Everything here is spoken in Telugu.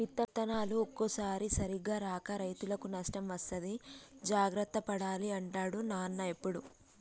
విత్తనాలు ఒక్కోసారి సరిగా రాక రైతుకు నష్టం వస్తది జాగ్రత్త పడాలి అంటాడు నాన్న ఎప్పుడు